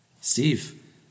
Steve